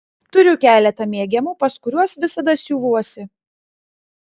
turiu keletą mėgiamų pas kuriuos visada siuvuosi